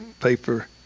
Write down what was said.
paper